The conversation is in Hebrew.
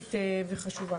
קריטית וחשובה.